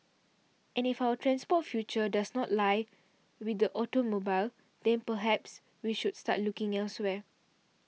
and if our transport future does not lie with the automobile then perhaps we should start looking elsewhere